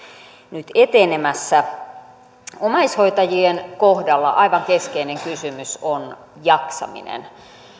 nyt etenemässä omaishoitajien kohdalla aivan keskeinen kysymys on jaksaminen